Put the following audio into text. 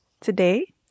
Today